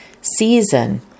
season